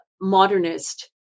modernist